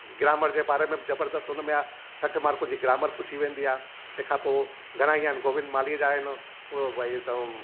grammar जे बारे में जबरदस्तु हुनमें आहे सठ मार्कुनि जी ग्रामर पुछी वेंदी आहे तंहिंखां पोइ घणेई आहिनि गोविंद माल्ही जा आहिनि हुओ भाई चहोमि